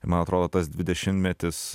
man atrodo tas dvidešimtmetis